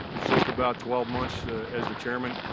it's just about twelve months as the chairman,